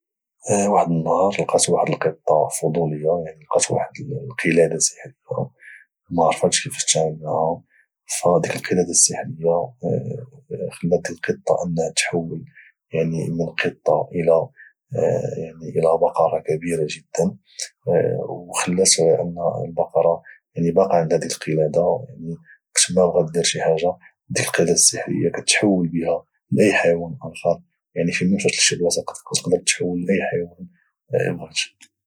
واحد النهار لقيت واحد القطة فضولية لقات واحد القلادة سحرية ومعرفاتش كفاش تعامل معها فديك القلادة السحرية خلات ديك القطة انها تحول من قطة الى بقرة كبيرة جدا او خلات ان البقرة يعني باقا عندها ديك القلادة وقتما بغات دير شي حاجة ديك القلادة السحرية كتحول بها لأي حيوان اخر يعني فينما مشات لشي بلاصة تقدر تحول لأي حيوان بغات